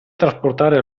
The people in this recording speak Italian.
trasportare